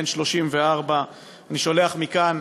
בן 34. אני שולח מכאן,